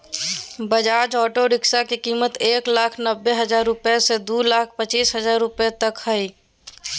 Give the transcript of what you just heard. Bajaj auto rickshaw के कीमत एक लाख नब्बे हजार रुपया से दू लाख पचीस हजार रुपया तक हइ